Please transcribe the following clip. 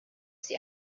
sie